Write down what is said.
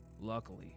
Luckily